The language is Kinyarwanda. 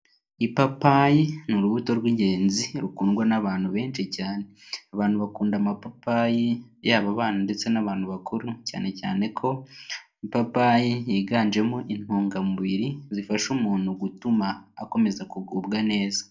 Ipapayi ni urubuto rw'ingenzi rukundwa n'abantu benshi cyane. Abantu bakunda amapapayi yaba abana ndetse n'abantu bakuru cyane cyane ko ipapayi yiganjemo intungamubiri zifasha umuntu gutuma akomeza kugubwa neza.